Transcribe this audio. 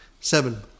Seven